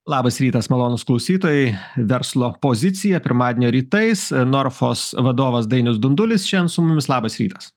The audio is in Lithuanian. labas rytas malonūs klausytojai verslo pozicija pirmadienio rytais norfos vadovas dainius dundulis šen su mumis labas rytas